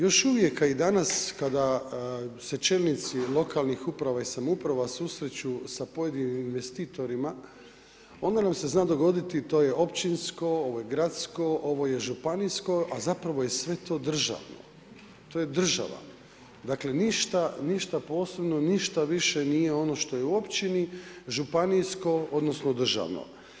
Još uvijek, a i danas kada se čelnici lokalnih uprava i samouprava susreću sa pojedinim investitorima, onda nam se zna dogoditi to je općinsko, ovo je gradsko, ovo je županijsko, a zapravo je sve to državno, to je država, dakle ništa posebno i ništa više nije ono što je u općini, županijsko, odnosno državno.